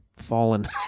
fallen